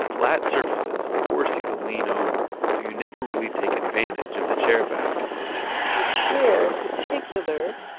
flat surfaces force you to lean over so you never really take advantage of the chair back the chair, in particular,